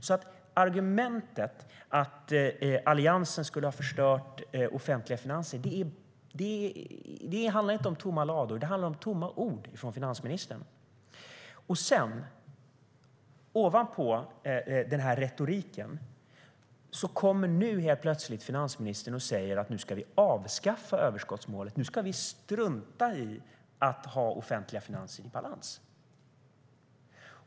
Finansministern hävdar att Alliansen skulle ha förstört de offentliga finanserna. Men det handlar inte om tomma lador, det handlar om tomma ord från finansministern. Ovanpå den här retoriken kommer nu helt plötsligt finansministern och säger att vi ska avskaffa överskottsmålet och strunta i att ha offentliga finanser i balans.